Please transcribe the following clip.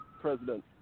president